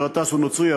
אף שגטאס הוא נוצרי,